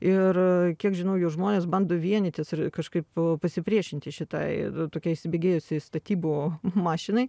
ir kiek žinau jau žmonės bando vienytis ir kažkaip pasipriešinti šitai tokia įsibėgėjusiai statybų mašinai